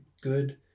good